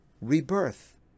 rebirth